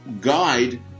guide